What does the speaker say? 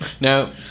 No